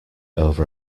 over